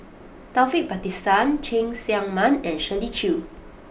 Taufik Batisah Cheng Tsang Man and Shirley Chew